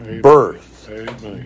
birth